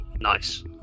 Nice